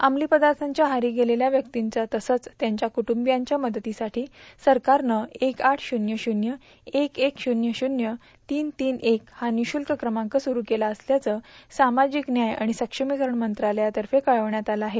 अंमली पदार्यांच्या आहारी गेलेल्या व्यक्तींच्या तसंच त्यांच्या कुट्टवियांच्या मदतीसाठी सरकारनं एक आठ श्रून्य शून्य एक एक शून्य शून्य तीन तीन एक ह्य निश्रूल्क क्रमांक सुठ केला असल्याचे सामाजिक न्याय आणि सक्षमीकरण मंत्रालयाने तर्फे कळविण्यात आले आहे